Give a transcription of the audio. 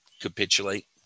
capitulate